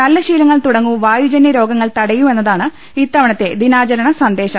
നല്ല ശീലങ്ങൾ തുടങ്ങൂ വായുജന്യരോഗങ്ങൾ തടയൂ എന്നതാണ് ഇത്തവണത്തെ ദിനാ ചരണ സന്ദേശം